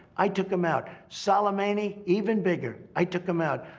i took him out. soleimani, even bigger. i took him out.